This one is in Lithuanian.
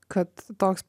kad toks